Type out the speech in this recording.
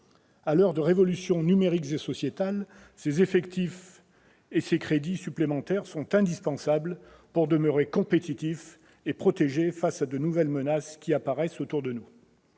À l'heure de révolutions numérique et sociétale, ces effectifs et ces crédits supplémentaires sont indispensables pour demeurer compétitifs et protégés face aux nouvelles menaces qui apparaissent autour de nous.